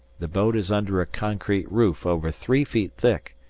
the boat is under a concrete roof over three feet thick,